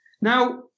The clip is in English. Now